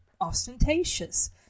ostentatious